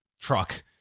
truck